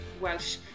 Welsh